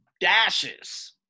dashes